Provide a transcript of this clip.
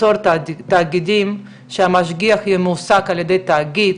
ליצור תאגידים שהמשגיח יהיה מועסק על ידי תאגיד,